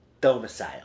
domicile